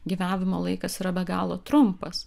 gyvavimo laikas yra be galo trumpas